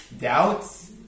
doubts